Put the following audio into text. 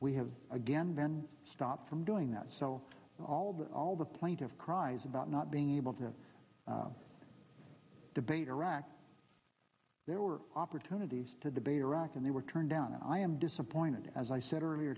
we have again been stopped from doing that so all the all the plaintive cries about not being able to debate iraq there were opportunities to debate iraq and they were turned down and i am disappointed as i said earlier